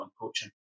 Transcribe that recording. coaching